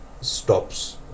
stops